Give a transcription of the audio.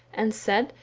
and said,